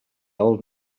old